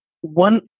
one